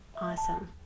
Awesome